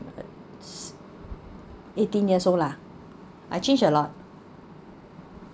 eighteen years old lah I changed a lot